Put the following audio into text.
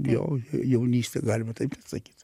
jau jaunyste galima taip net sakyt